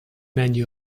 menu